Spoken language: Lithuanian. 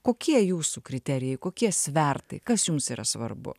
kokie jūsų kriterijai kokie svertai kas jums yra svarbu